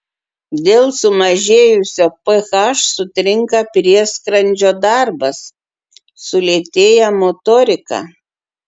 dėl sumažėjusio ph sutrinka prieskrandžio darbas sulėtėja motorika